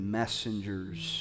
messengers